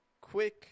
Quick